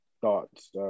thoughts